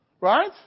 right